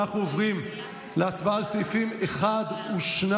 אנחנו עוברים להצבעה על סעיפים 1 ו-2,